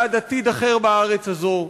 בעד עתיד אחר בארץ הזאת,